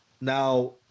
now